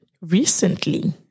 Recently